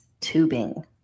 tubing